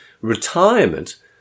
Retirement